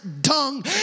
dung